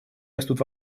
растут